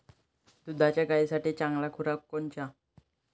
दुधाच्या गायीसाठी चांगला खुराक कोनचा?